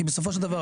כי בסופו של דבר,